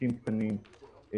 עסקים קטנים,